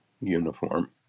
uniform